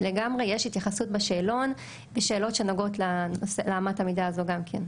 לגמרי יש התייחסות בשאלון לשאלות שנוגעות לאמת המידה הזו גם כן.